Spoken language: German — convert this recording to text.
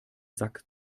sack